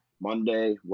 Monday